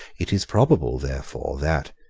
it is probable, therefore, that,